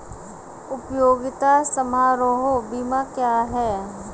उपयोगिता समारोह बीमा क्या है?